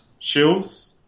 Shills